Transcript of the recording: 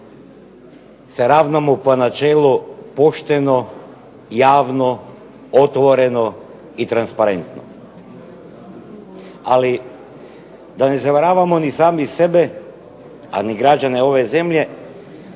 se ravnamo po načelu pošteno, javno, otvoreno i transparentno. Ali da ne zavaravamo ni sami sebe, a ni građane ove zemlje,